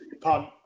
punt